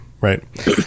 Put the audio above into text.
right